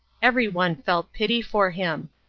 everyone felt pity for him.